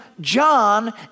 John